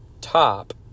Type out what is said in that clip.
top